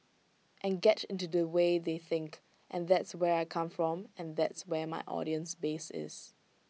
and get into the way they think and that's where I come from and that's where my audience base is